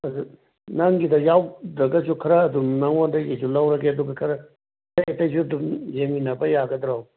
ꯑꯗꯨ ꯅꯪꯒꯤꯗ ꯌꯥꯎꯗ꯭ꯔꯒꯁꯨ ꯈꯔ ꯑꯗꯨꯝ ꯅꯪꯉꯣꯟꯗꯒꯤꯁꯨ ꯂꯧꯔꯒꯦ ꯑꯗꯨꯒ ꯈꯔ ꯑꯇꯩ ꯑꯇꯩꯁꯨ ꯑꯗꯨꯝ ꯌꯦꯡꯃꯤꯟꯅꯕ ꯌꯥꯒꯗ꯭ꯔꯣ